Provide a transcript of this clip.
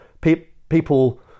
people